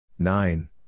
Nine